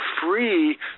free